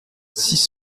six